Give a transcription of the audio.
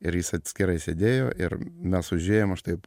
ir jis atskirai sėdėjo ir mes užėjom aš taip